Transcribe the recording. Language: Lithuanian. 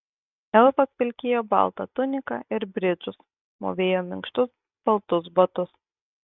elfas vilkėjo baltą tuniką ir bridžus mūvėjo minkštus baltus batus